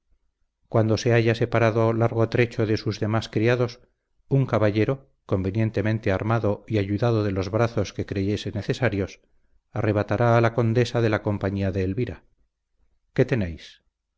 cuando se haya separado largo trecho de sus demás criados un caballero convenientemente armado y ayudado de los brazos que creyese necesarios arrebatará a la condesa de la compañía de elvira qué tenéis